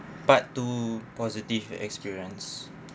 part two positive experience